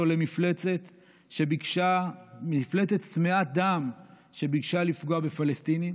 למפלצת צמאת דם שביקשה לפגוע בפלסטינים,